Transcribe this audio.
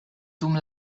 dum